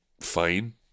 fine